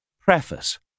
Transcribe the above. Preface